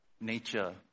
nature